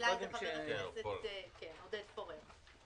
שהעלה חבר הכנסת עודד פורר.